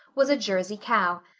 was a jersey cow!